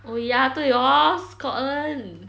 oh ya 对 hor scotland